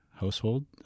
household